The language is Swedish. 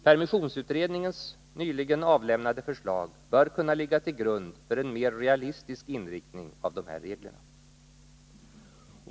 Permissionsutredningens nyligen avlämnade förslag bör kunna ligga till grund för en mer realistisk inriktning av dessa regler.